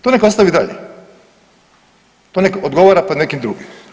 To nek ostavi dalje, to nek odgovara pod nekim drugim.